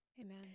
Amen